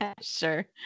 Sure